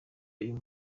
uyu